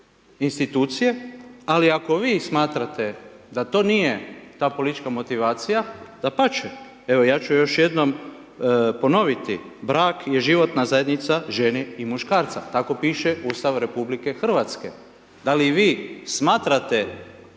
institucije, ali ako vi smatrate da to nije ta politička motivacija, dapače, evo ja ću je još jednom ponoviti, brak je životna zajednica žene i muškarca, tako piše u Ustavu RH. Da li i vi smatrate